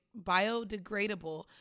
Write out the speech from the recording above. biodegradable